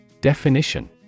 Definition